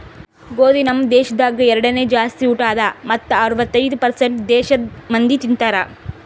ಗೋದಿ ನಮ್ ದೇಶದಾಗ್ ಎರಡನೇ ಜಾಸ್ತಿ ಊಟ ಅದಾ ಮತ್ತ ಅರ್ವತ್ತೈದು ಪರ್ಸೇಂಟ್ ದೇಶದ್ ಮಂದಿ ತಿಂತಾರ್